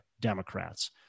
democrats